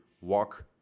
walk